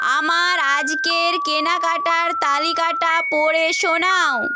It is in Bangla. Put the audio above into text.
আমার আজকের কেনাকাটার তালিকাটা পড়ে শোনাও